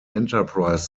enterprise